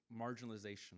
marginalization